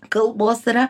kalbos yra